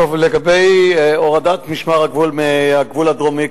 לגבי הורדת משמר הגבול מהגבול הדרומי,